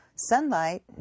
sunlight